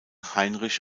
heinrich